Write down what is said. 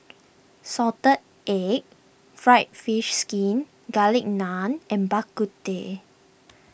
Salted Egg Fried Fish Skin Garlic Naan and Bak Kut Teh